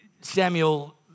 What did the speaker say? Samuel